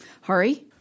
Hari